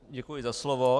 Děkuji za slovo.